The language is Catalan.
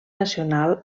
nacional